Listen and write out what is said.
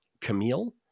Camille